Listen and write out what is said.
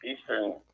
eastern